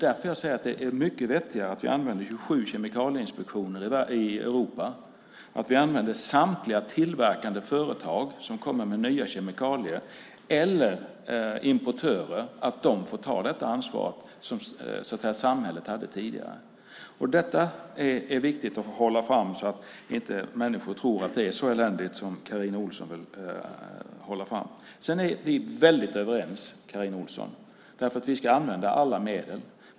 Det är mycket vettigare att vi använder 27 kemikalieinspektioner i Europa och att samtliga tillverkande företag, som kommer med nya kemikalier, eller importörer får ta det ansvar som samhället hade tidigare. Detta är viktigt att föra fram så att inte människor tror att det är så eländigt som Carina Ohlsson framhåller. Vi är helt överens om, Carina Ohlsson, att vi ska använda alla medel.